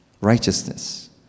righteousness